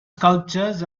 sculptures